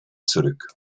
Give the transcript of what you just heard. zurück